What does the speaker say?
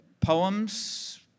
Poems